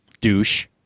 Douche